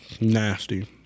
Nasty